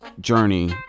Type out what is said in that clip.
Journey